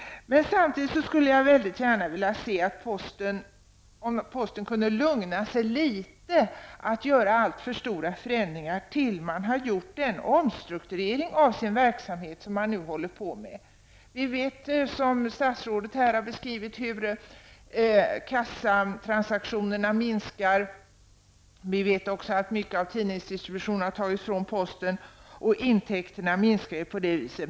Samtidigt skulle jag vilja att posten lugnade sig litet med att göra alltför stora förändringar tills den stora omstruktureringen av verksamheten är färdig. Som statsrådet har beskrivit vet vi att kassatransaktionerna minskar. Vi vet att en hel del av tidningsdistributionen har tagits från posten, och intäkterna minskar.